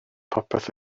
popeth